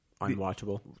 unwatchable